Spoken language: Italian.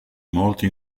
molti